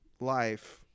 life